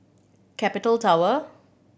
Capital Tower